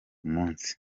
munsi